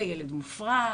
זה ילד מופרע,